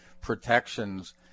protections